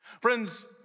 Friends